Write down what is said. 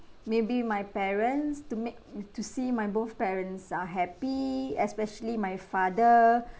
maybe my parents to make to see my both parents are happy especially my father